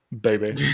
baby